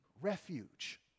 refuge